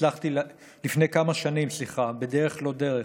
לפני כמה שנים, בדרך לא דרך,